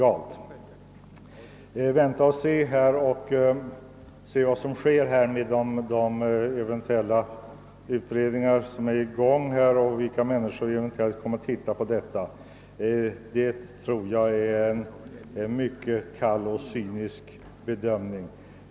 Att säga att man skall vänta och se vad som sker med de utredningar som är i gång tycker jag är en kall och cynisk inställning.